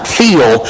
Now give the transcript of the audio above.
feel